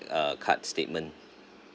uh card statement